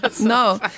No